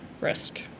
risk